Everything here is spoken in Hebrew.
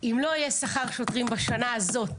אם לא יהיה שכר לשוטרים בשנה הזאת